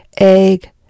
egg